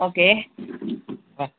okay